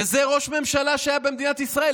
וזה ראש ממשלה שהיה במדינת ישראל.